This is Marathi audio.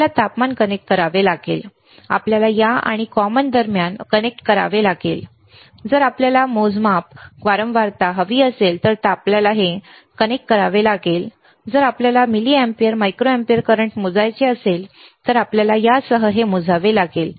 आपल्याला तापमान कनेक्ट करावे लागेल आपल्याला या आणि कॉमन दरम्यान कनेक्ट करावे लागेल जर आपल्याला मोजमाप वारंवारता हवी असेल तर आपल्याला हे आणि हे कनेक्ट करावे लागेल जर आपल्याला मिलीअँपिअर मायक्रोएम्पीयर करंट मोजायचे असेल तर आपल्याला यासह हे मोजावे लागेल